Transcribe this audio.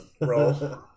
roll